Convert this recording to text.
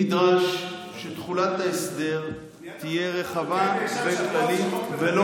נדרש שתחולת ההסדר תהיה רחבה וכללית ולא